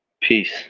Peace